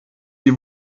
die